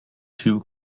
two